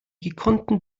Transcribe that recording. gekonnten